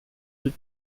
die